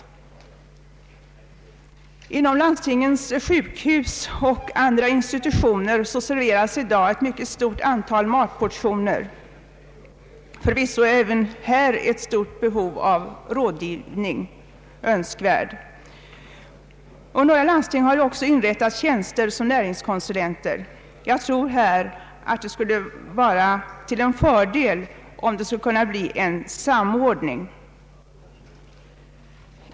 Vid landstingens sjukhus och andra institutioner serveras i dag ett mycket stort antal matportioner. Förvisso föreligger även här ett stort behov av rådgivning. Några landsting har också inrättat tjänster som näringskonsulenter. Jag tror att det skulle vara till fördel om en samordning härvidlag kunde komma till stånd.